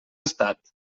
estat